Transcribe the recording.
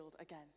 again